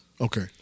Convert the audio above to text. Okay